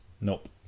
Nope